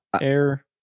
Air